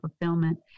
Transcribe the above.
fulfillment